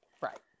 Right